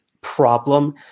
problem